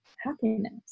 happiness